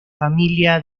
familia